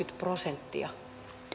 prosenttia